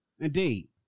Indeed